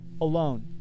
alone